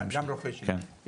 כן, גם רופא שיניים.